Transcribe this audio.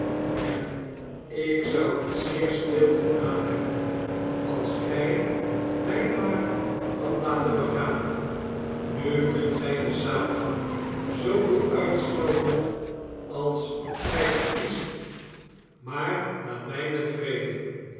en ik zou het zeer stil gedaan hebben als gij mij maar hadt laten begaan nu kunt gij den satan zooveel uitjschelden als gij verkiest maar laat mij met fvrede